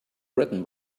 written